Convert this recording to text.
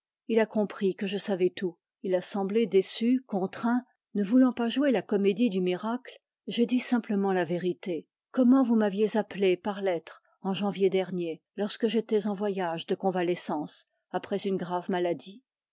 il a compris que je savais tout il a semblé déçu contraint ne voulant pas jouer la comédie du miracle j'ai dit simplement la vérité comment vous m'aviez appelé par lettre en janvier dernier lorsque j'étais en voyage de convalescence après une grave maladie